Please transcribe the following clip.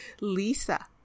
lisa